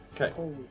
Okay